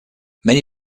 many